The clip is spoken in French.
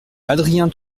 adrien